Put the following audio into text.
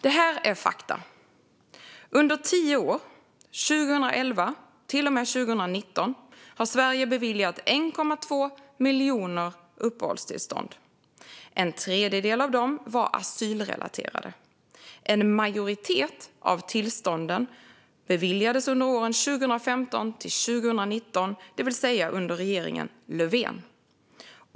Det här är fakta: Under tio år, 2011 till och med 2019, har Sverige beviljat 1,2 miljoner uppehållstillstånd. En tredjedel av dem var asylrelaterade. En majoritet av tillstånden beviljades under åren 2015-2019, det vill säga under regeringen Löfven.